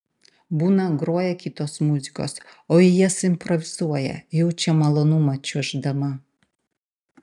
būna groja kitos muzikos o ji jas improvizuoja jaučia malonumą čiuoždama